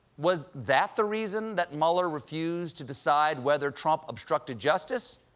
was that the reason that mueller refused to decide whether trump obstructed justice?